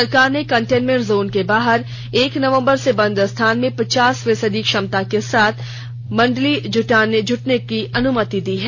सरकार ने containment zone के बाहर एक नवंबर से बंद स्थान में पचास फीसदी क्षमता के साथ मंडलीय जुटने की अनुमति दी है